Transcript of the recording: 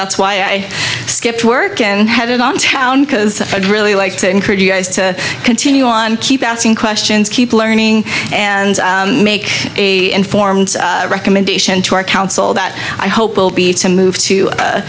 that's why i skipped work and headed on town because i'd really like to encourage you guys to continue on keep asking questions keep learning and make a informed recommendation to our council that i hope will be to move to